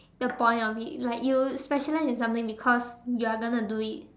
the point of it like you specialise in something because you are gonna do it